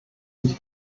sich